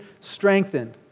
strengthened